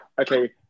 okay